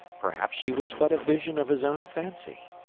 perhaps she was but a vision of his own fancy.